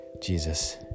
Jesus